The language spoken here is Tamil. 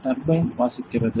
டர்பைன் வாசிக்கிறது